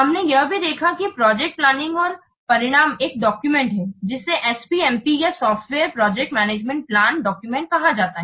हमने यह भी देखा है कि प्रोजेक्ट प्लानिंग का परिणाम एक डॉक्यूमेंट है जिसे SPMP या software project manager planning document कहा जाता है